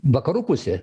vakarų pusė